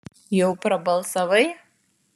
jau prabalsavai